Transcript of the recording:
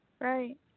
Right